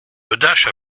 godache